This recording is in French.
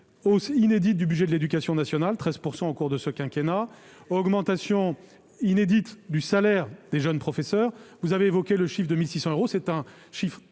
hausse inédite du budget de l'éducation nationale, soit 13 % au cours de ce quinquennat, ainsi qu'une augmentation inédite du salaire des jeunes professeurs. Vous avez évoqué le chiffre de 1 600 euros, très obsolète